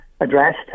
addressed